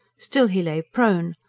still he lay prone,